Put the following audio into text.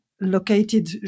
located